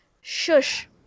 Shush